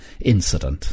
incident